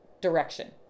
direction